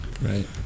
Right